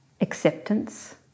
acceptance